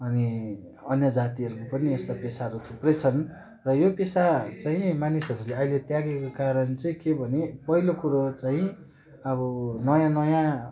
अनि अन्य जातिहरूको पनि यस्तो पेसाहरू थुप्रै छन् र यो पेसा चाहिँ मानिसहरूले अहिले त्यागेको कारण चाहिँ के भने पहिलो कुरो चाहिँ अब नयाँ नयाँ